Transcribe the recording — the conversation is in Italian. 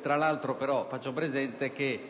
Tra l'altro faccio presente che